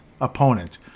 opponent